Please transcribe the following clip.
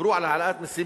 דיברו על העלאת מסים